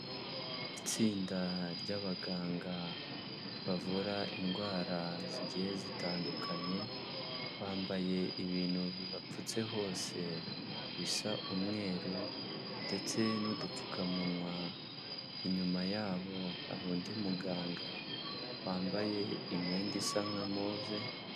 Itsinda ry'abaganga bavura indwara zigiye zitandukanye, bambaye ibintu bibapfutse hose bisa umweru ndetse n'udupfukamunwa, inyuma yabo hari undi muganga wambaye imyenda isa nka move.